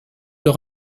leur